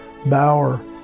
Bauer